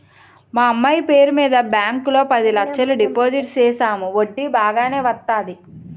మా అమ్మాయి పేరు మీద బ్యాంకు లో పది లచ్చలు డిపోజిట్ సేసాము వడ్డీ బాగానే వత్తాది